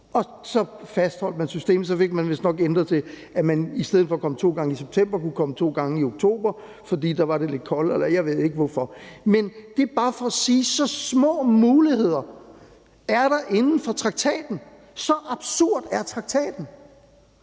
Så man fastholdt systemet, men fik vist nok ændret det sådan, at man i stedet for at komme to gange i september kunne komme to gange i oktober, for der var det måske lidt koldere; jeg ved ikke hvorfor. Det er bare for at vise, at så små muligheder er der inden for traktaten; så absurd er traktaten.